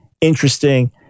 interesting